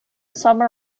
summer